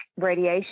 radiation